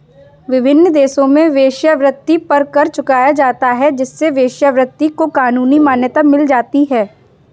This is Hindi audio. विभिन्न देशों में वेश्यावृत्ति पर कर चुकाया जाता है जिससे वेश्यावृत्ति को कानूनी मान्यता मिल जाती है